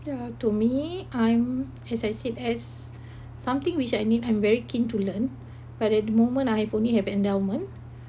yeah to me I'm as I said as something which I need I'm very keen to learn but at the moment I have only have endowment